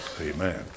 Amen